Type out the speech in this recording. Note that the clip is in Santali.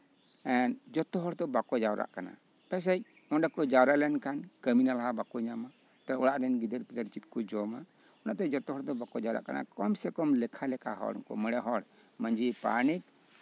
ᱡᱚᱛᱚ ᱦᱚᱲ ᱫᱚ ᱵᱟᱠᱚ ᱡᱟᱣᱨᱟᱜ ᱠᱟᱱᱟ ᱯᱟᱥᱮᱡ ᱚᱸᱰᱮ ᱠᱚ ᱡᱟᱣᱨᱟ ᱞᱮᱱᱠᱷᱟᱱ ᱠᱟᱹᱢᱤ ᱱᱟᱞᱦᱟ ᱦᱚᱸ ᱵᱟᱠᱚ ᱧᱟᱢᱟ ᱚᱲᱟᱜ ᱨᱮᱱ ᱜᱤᱫᱽᱨᱟᱹ ᱯᱤᱫᱽᱨᱟᱹ ᱪᱮᱫ ᱠᱚ ᱡᱚᱢᱟ ᱡᱚᱛᱚ ᱦᱚᱲ ᱫᱚ ᱵᱟᱠᱚ ᱡᱟᱣᱨᱟᱜ ᱠᱟᱱᱟ ᱠᱚᱢᱥᱮ ᱠᱚᱢ ᱞᱮᱠᱷᱟ ᱞᱮᱠᱷᱟ ᱦᱚᱲ ᱢᱚᱬᱮ ᱦᱚᱲ ᱢᱟᱹᱡᱷᱤ ᱯᱟᱨᱟᱱᱤᱠ